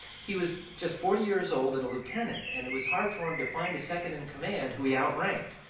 he was just forty years old and a lieutenant and it was hard for him to find a second-in-command who he outranked.